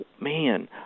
man